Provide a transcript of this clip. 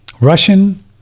Russian